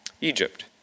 Egypt